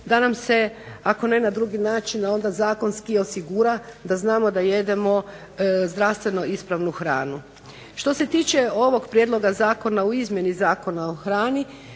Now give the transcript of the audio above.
da nam se ako ne na drugi način, a onda zakonski osigura da znamo da jedemo zdravstveno ispravnu hranu. Što se tiče ovog prijedloga zakona u izmjeni Zakona o hrani